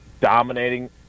dominating